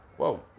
Whoa